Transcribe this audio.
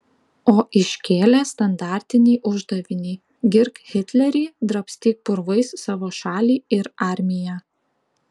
o iškėlė standartinį uždavinį girk hitlerį drabstyk purvais savo šalį ir armiją